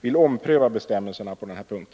vill ompröva bestämmelserna på denna punkt.